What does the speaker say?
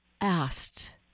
asked